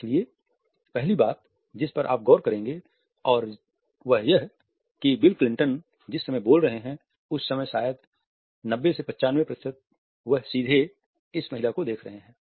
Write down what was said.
इसलिए पहली बात जिस पर आप गौर करेंगे और वह यह है कि बिल क्लिंटन जिस समय बोल रहे हैं उस समय शायद 90 से 95 प्रतिशत वह सीधे इस महिला को देख रहे हैं